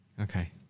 Okay